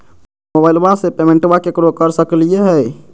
मोबाइलबा से पेमेंटबा केकरो कर सकलिए है?